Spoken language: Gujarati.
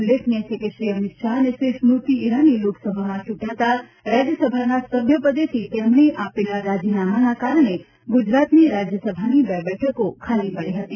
ઉલ્લેખનીય છે કે શ્રી અમિત શાહ અને શ્રી સ્મૃતિ ઇરાની લોકસભામાં ચૂંટાતા રાજ્યસભાના સભ્યપદેથી તેમણે આપેલા રાજીનામાના કારણે ગુજરાતની રાજ્યસભાની બે બેઠકો ખાલી પડી હતી